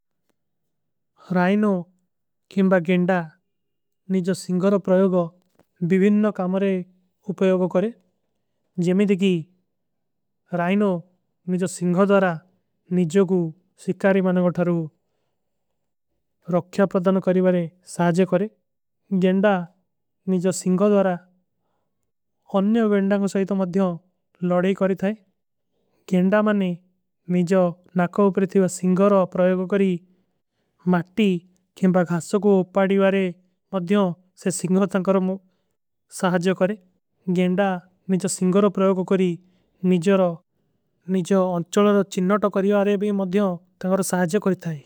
ରାଈନୋ କେମବା ଗେଂଡା ନିଜଵ ସିଂଗରୋ ପ୍ରଯୋଗୋ ବିଵିନ୍ନ କାମରେ ଉପଯୋଗୋ। କରେଂ ଜେମେଂ ଦିକି ରାଈନୋ ନିଜଵ ସିଂଗରୋ ଦ୍ଵାରା ନିଜଵ କୁ ସିକାରୀ। ମନଗଧରୂ ରକ୍ଯା ପ୍ରଦନ କରୀବାରେ ସାଜେ କରେଂ ଗେଂଡା ନିଜଵ ସିଂଗରୋ ଦ୍ଵାରା। ଅନ୍ଯ ଵେଂଡାଂ କୋ ସହୀତ ମଦ୍ଯୋଂ ଲୋଡେ କରୀ ଥାଈ ଗେଂଡା ମନେ ନିଜଵ ନାକା। ଉପରିତିଵ ସିଂଗରୋ ପ୍ରଯୋଗୋ କରୀ ମାଟୀ କେମବା ଘାସୋ କୋ ଉପାଡୀ ଵାରେ। ମଧ୍ଯୋଂ ସେ ସିଂଗରୋ ତଂକରୋ ସାଜେ କରେଂ ଗେଂଡା ନିଜଵ। ସିଂଗରୋ ପ୍ରଯୋଗୋ କରୀ ନିଜଵ ନାକା ଉପରିତିଵ ସିଂଗରୋ ତଂକରୋ ସାଜେ କରେଂ।